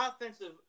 offensive